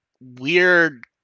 weird